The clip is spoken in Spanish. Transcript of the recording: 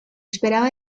esperaba